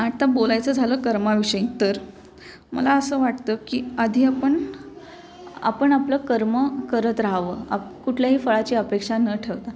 आता बोलायचं झालं कर्माविषयी तर मला असं वाटतं की आधी आपण आपण आपलं कर्म करत राहावं आपल्याही फळाची अपेक्षा न ठेवता